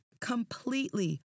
completely